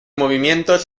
movimientos